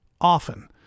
Often